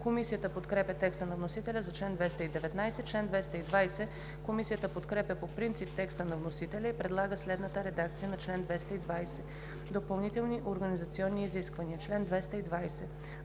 Комисията подкрепя текста на вносителя за чл. 219. Комисията подкрепя по принцип текста на вносителя и предлага следната редакция на чл. 220: „Допълнителни организационни изисквания „Чл. 220.